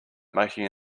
making